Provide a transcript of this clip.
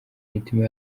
imitima